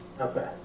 Okay